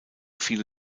viele